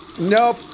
Nope